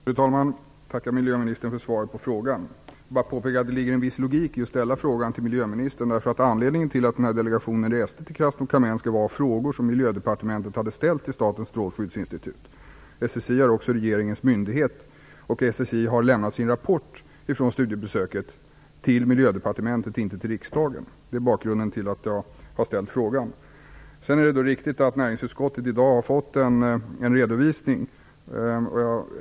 Fru talman! Jag tackar miljöministern för svaret på frågan. Jag vill bara påpeka att det ligger en viss logik i att ställa frågan till miljöministern. Anledningen till att delegationen reste till Krasnokamensk var frågor som Miljödepartementet hade ställt till Statens strålskyddsinstitut. SSI är också regeringens myndighet. SSI har lämnat sin rapport från studiebesöket till Miljödepartementet, inte till riksdagen. Det är bakgrunden till att jag ställt frågan. Det är riktigt att näringsutskottet i dag fått en redovisning.